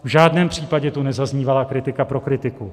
V žádném případě tu nezaznívala kritika pro kritiku.